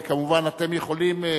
וכמובן, אתם יכולים,